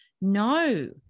no